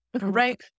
Right